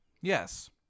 Yes